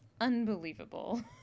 unbelievable